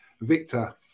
victor